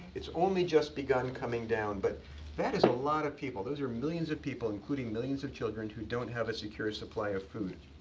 it's only just begun coming down. but that is a lot of people. those are millions of people, including millions of children, who don't have a secure supply of food.